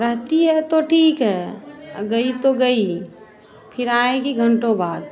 रहती है तो ठीक है आ गई तो गई फिर आएगी घंटों बाद